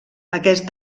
aquest